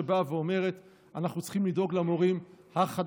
שבאה ואומרת: אנחנו צריכים לדאוג למורים החדשים,